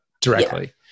directly